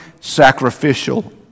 sacrificial